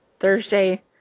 Thursday